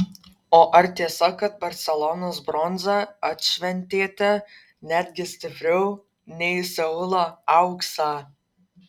o ar tiesa kad barselonos bronzą atšventėte netgi stipriau nei seulo auksą